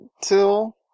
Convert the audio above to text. till